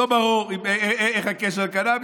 לא ברור, מה הקשר לקנביס?